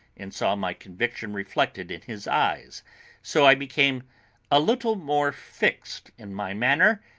and saw my conviction reflected in his eyes so i became a little more fixed in my manner,